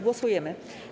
Głosujemy.